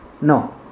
No